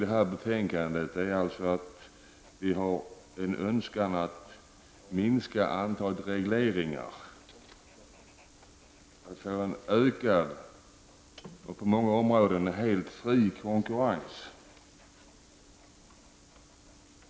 Det här betänkandet går främst ut på vår önskan att minska antalet regleringar och därmed få en ökad och på många områden helt fri konkurrens.